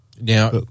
Now